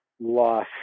loss